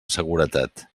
seguretat